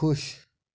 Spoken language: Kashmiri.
کُش